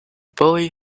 boy